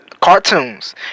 cartoons